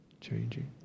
changing